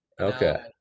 Okay